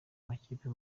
makipe